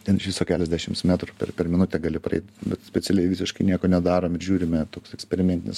ten iš viso keliasdešims metrų per per minutę gali praeit bet specialiai visiškai nieko nedarom ir žiūrime toks eksperimentinis